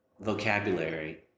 vocabulary